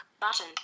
Button